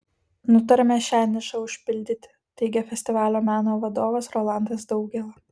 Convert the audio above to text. nutarėme šią nišą užpildyti teigė festivalio meno vadovas rolandas daugėla